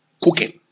cooking